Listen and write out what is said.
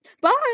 bye